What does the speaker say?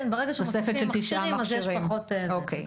כן, ברגע שמוסיפים מכשירים אז יש פחות, בסדר.